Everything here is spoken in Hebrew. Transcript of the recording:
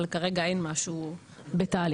אבל כרגע אין משהו בתהליך.